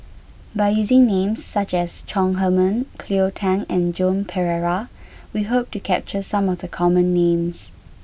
by using names such as Chong Heman Cleo Thang and Joan Pereira we hope to capture some of the common names